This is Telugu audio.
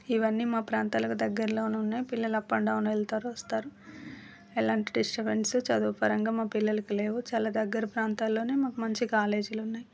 ఇవన్నీ మా ప్రాంతాలకు దగ్గరలోనే ఉన్నాయి పిల్లలు అప్ అండ్ డౌన్ వెళ్తారు వస్తారు ఎలాంటి డిస్టర్బెన్స్ చదువు పరంగా మా పిల్లలకి లేవు చాలా దగ్గర ప్రాంతాల్లోనే మాకు మంచి కాలేజీలున్నాయి